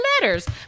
letters